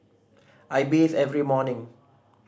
I bathe every morning